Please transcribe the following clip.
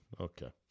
okay